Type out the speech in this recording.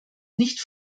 nicht